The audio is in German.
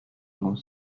muss